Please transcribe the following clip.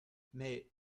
mais